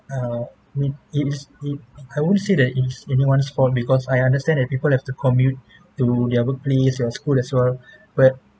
uh mean it's it I won't say that it's anyone's fault because I understand that people have to commute to their workplace their school as well but